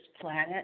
planet